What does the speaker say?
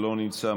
לא נמצא,